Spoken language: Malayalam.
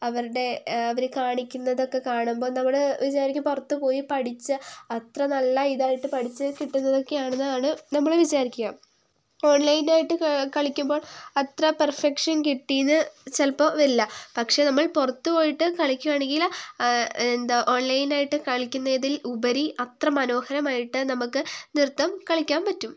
അവരുടെ അവർ കാണിക്കുന്നതൊക്കെ കാണുമ്പോൾ നമ്മൾ വിചാരിക്കും പുറത്തുപോയി പഠിച്ച അത്ര നല്ല ഇതായിട്ട് പഠിച്ച് കിട്ടുന്നതൊക്കെ ആണെന്നാണ് നമ്മൾ വിചാരിക്കുക ഓൺലൈനായിട്ട് കളിക്കുമ്പോൾ അത്ര പെർഫെക്ഷൻ കിട്ടിയെന്ന് ചിലപ്പോൾ വരില്ല പക്ഷേ നമ്മൾ പുറത്തുപോയിട്ട് കളിക്കുകയാണെങ്കിൽ എന്താ ഓൺലൈനായിട്ട് കളിക്കുന്നതിൽ ഉപരി അത്ര മനോഹരമായിട്ട് നമുക്ക് നൃത്തം കളിക്കാൻ പറ്റും